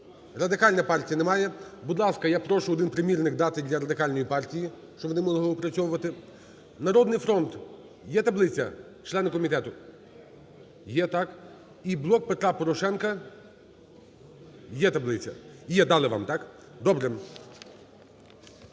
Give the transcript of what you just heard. Радикальна партія не має. Будь ласка, я прошу один примірник дати для Радикальної партії, щоб вони могли опрацьовувати. "Народний фронт", є таблиця, члени комітету? Є, так? І "Блок Петра Порошенка"? Є таблиця, є, дали вам, так? Добре.